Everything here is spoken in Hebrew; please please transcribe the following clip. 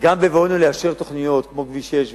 גם בבואנו לאשר תוכניות כמו כביש 6,